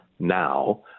now